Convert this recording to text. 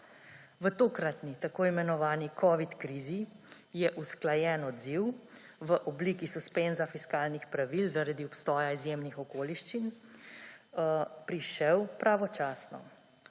V tokratni, tako imenovani covid krizi je usklajen odziv v obliki suspenza fiskalnih pravil zaradi obstoja izjemnih okoliščine prišel pravočasno.